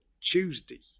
Tuesday